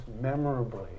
memorably